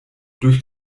durch